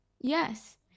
Yes